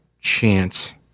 chance